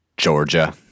georgia